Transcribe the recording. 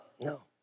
No